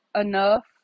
enough